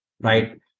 right